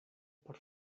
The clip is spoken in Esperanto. por